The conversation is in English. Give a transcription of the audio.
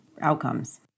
outcomes